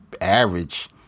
average